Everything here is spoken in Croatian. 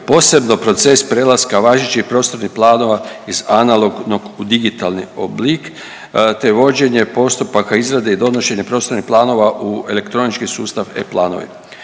posebno proces prelaska važećih prostornih planova iz analognog u digitalni oblik, te vođenje postupaka, izrade i donošenja prostornih planova u elektronički sustav e-planovi.